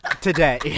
today